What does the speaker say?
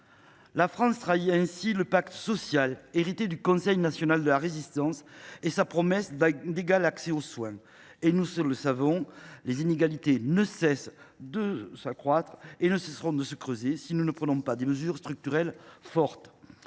La France trahit ainsi le pacte social hérité du Conseil national de la Résistance et sa promesse d’égal accès aux soins. Et nous le savons, les inégalités ne cessent et ne cesseront de se creuser, si nous ne prenons pas des mesures structurelles fortes.